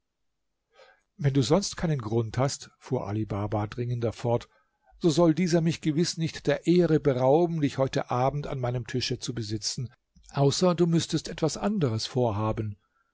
wenn du sonst keinen grund hast fuhr ali baba dringender fort so soll dieser mich gewiß nicht der ehre berauben dich heute abend an meinem tische zu besitzen außer du müßtest etwas anderes vorhaben